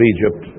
Egypt